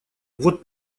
вот